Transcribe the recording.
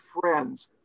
friends